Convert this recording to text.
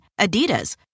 Adidas